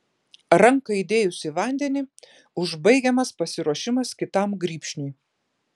ranką įdėjus į vandenį užbaigiamas pasiruošimas kitam grybšniui